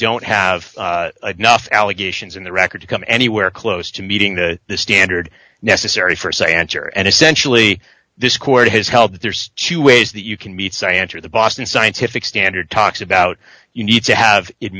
don't have enough allegations in the record to come anywhere close to meeting the standard necessary for say answer and essentially this court has held that there's two ways that you can meet science or the boston scientific standard talks about you need to have it